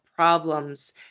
problems